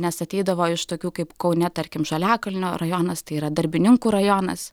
nes ateidavo iš tokių kaip kaune tarkim žaliakalnio rajonas tai yra darbininkų rajonas